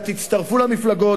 אלא תצטרפו למפלגות,